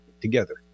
together